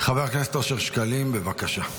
חבר הכנסת אושר שקלים, בבקשה.